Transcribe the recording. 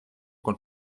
con